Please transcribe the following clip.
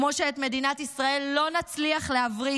כמו שאת מדינת ישראל לא נצליח להבריא